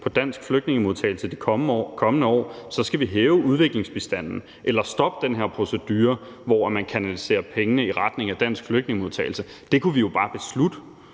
på dansk flygtningemodtagelse de kommende år, så skal vi hæve udviklingsbistanden eller stoppe den her procedure, hvor man kanaliserer pengene i retning af dansk flygtningemodtagelse. Det kunne vi jo bare beslutte.